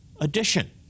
edition